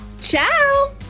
Ciao